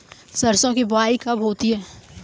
सरसों की बुआई कब होती है?